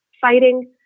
fighting